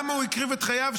למה הוא הקריב את חייו,